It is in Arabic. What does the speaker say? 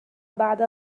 بعد